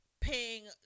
paying